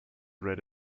read